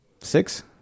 six